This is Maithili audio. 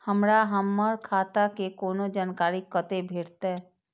हमरा हमर खाता के कोनो जानकारी कतै भेटतै?